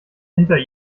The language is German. hinter